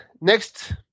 next